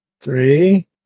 three